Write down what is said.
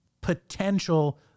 potential